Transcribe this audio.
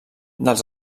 dels